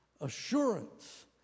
assurance